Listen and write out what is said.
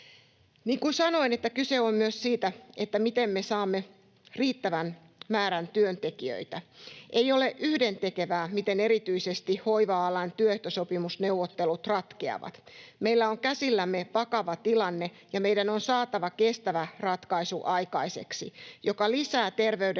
Niin kuin sanoin, kyse on myös siitä, miten me saamme riittävän määrän työntekijöitä. Ei ole yhdentekevää, miten erityisesti hoiva-alan työehtosopimusneuvottelut ratkeavat. Meillä on käsillämme vakava tilanne ja meidän on saatava aikaiseksi kestävä ratkaisu, joka lisää terveydenhuollon